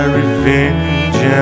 revenge